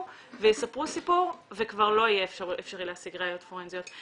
ויספרו סיפור וכבר לא יהיה אפשרי להשיג ראיות פורנזיות.